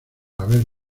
haber